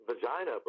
vagina